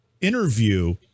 interview